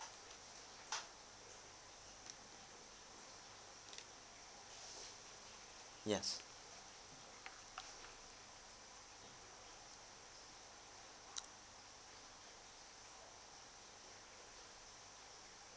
yes